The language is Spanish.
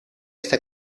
esta